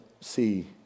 see